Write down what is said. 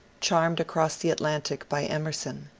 charmed across the atlantic by emerson.